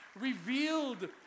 revealed